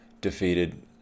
defeated